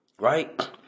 Right